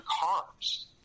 cars